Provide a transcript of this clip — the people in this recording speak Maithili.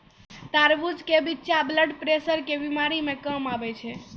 तरबूज के बिच्चा ब्लड प्रेशर के बीमारी मे काम आवै छै